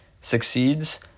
succeeds